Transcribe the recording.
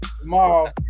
Tomorrow